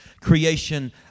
creation